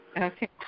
Okay